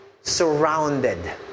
Surrounded